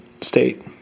state